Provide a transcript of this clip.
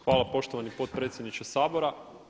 Hvala poštovani potpredsjedniče Sabora.